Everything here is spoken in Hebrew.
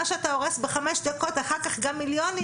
מה שאתה הורס בחמש דקות אחר כך גם מיליונים